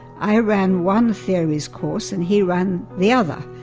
i ran one theories course and he ran the other.